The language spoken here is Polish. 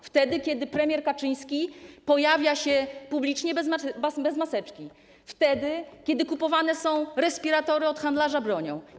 Wtedy kiedy premier Kaczyński pojawia się publicznie bez maseczki, wtedy kiedy kupowane są respiratory od handlarza bronią.